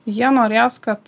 jie norės kad